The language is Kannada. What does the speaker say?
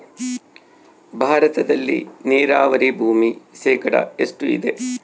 ಭಾರತದಲ್ಲಿ ನೇರಾವರಿ ಭೂಮಿ ಶೇಕಡ ಎಷ್ಟು ಇದೆ?